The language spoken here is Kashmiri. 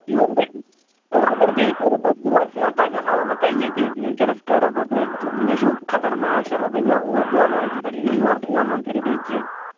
یور گژھِ نہٕ آ اگر بیٚیہِ کوٚروٕنا یور فون پگاہ ہاہو بہٕ تۄہہِ ییٚتی وُنکٮ۪نس کَرہو بہٕ تۄہہِ مےٚ چھُو خطرناک شرار بہٕ یِمہٕ ہو اوٗرۍ بہٕ والہو أتی پٮ۪ٹھ ینہٕ یور فون وون کٔرِو بیٚیہِ کیٚنٛہہ